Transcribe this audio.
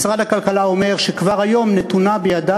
משרד הכלכלה אומר שכבר היום נתונה בידיו